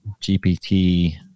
GPT